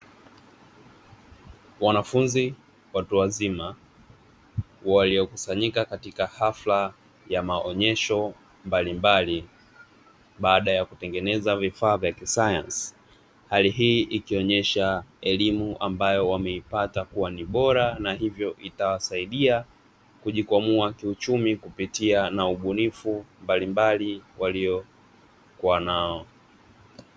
Wanafunzi watu wazima waliokusanyika katika hafla ya maonyesho mbalimbali baada ya kutengeneza vifaa vya kisayansi, hali hii ikionyesha elimu ambayo wameipata kuwa ni bora na hivyo itawasaidia kujikwamua kiuchumi kupitia na ubunifu mbalimbali waliokuwa nao.